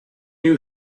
you